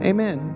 Amen